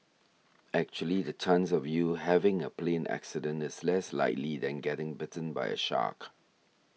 actually the chance of you having a plane accident is less likely than getting bitten by a shark